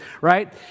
right